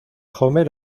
homer